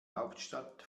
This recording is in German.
hauptstadt